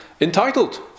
entitled